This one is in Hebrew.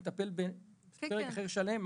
נטפל בפרק אחר שלם,